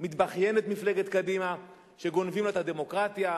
מתבכיינת מפלגת קדימה שגונבים לה את הדמוקרטיה,